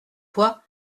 fois